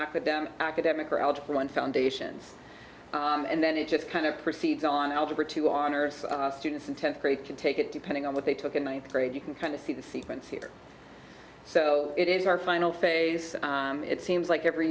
academic academic or algebra one foundations and then it just kind of precedes on algebra two on earth students in tenth grade can take it depending on what they took a ninth grade you can kind of see the sequence here so it is our final phase it seems